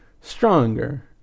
stronger